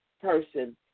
person